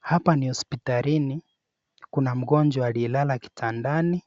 Hapa ni hospitalini. Kuna mgonjwa aliyelala kitandani